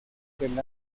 del